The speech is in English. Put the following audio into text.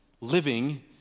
living